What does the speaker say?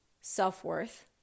self-worth